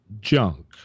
junk